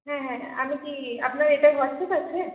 হ্যাঁ হ্যাঁ হ্যাঁ আমি কি আপনার এটায় হোয়াটসঅ্যাপ আছে